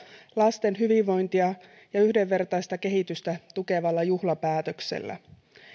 lasten hyvinvointia ja yhdenvertaista kehitystä tukevalla juhlapäätöksellä